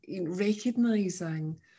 recognizing